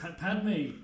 Padme